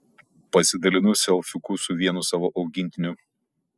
pasidalinu selfiuku su vienu savo augintiniu